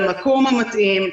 למקום המתאים,